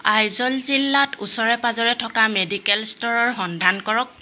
আইজল জিলাত ওচৰে পাঁজৰে থকা মেডিকেল ষ্ট'ৰৰ সন্ধান কৰক